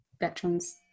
veterans